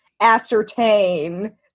ascertain